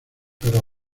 pero